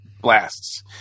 blasts